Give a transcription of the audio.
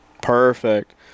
perfect